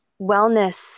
wellness